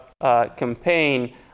campaign